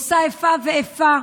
עושה איפה ואיפה,